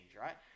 right